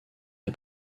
est